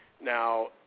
Now